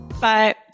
Bye